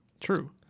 True